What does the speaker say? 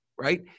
right